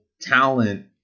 talent